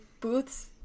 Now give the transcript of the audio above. booths